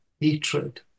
hatred